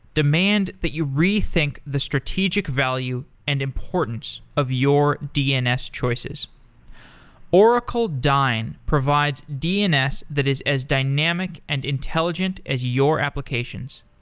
demand that you rethink the strategic value and importance of your dns choices oracle dyn provides dns that is as dynamic and intelligent as your applications.